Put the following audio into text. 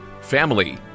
family